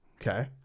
okay